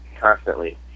constantly